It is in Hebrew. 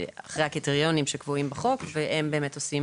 אחרי הקריטריונים שקבועים בחוק, והם עושים